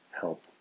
help